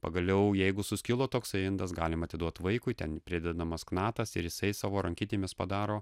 pagaliau jeigu suskilo toksai indas galim atiduot vaikui ten pridedamas knatas ir jisai savo rankytėmis padaro